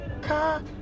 car